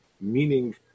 meaning